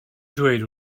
ddweud